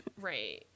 Right